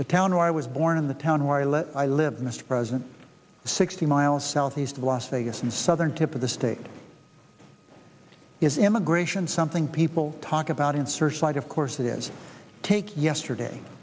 the town where i was born in the town where i live i live mr president sixty miles southeast of las vegas and southern tip of the state is immigration something people talk about in searchlight of course it is take yesterday